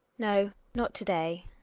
no, not to-day.